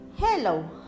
Hello